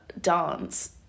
dance